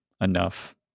enough